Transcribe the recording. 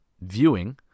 viewing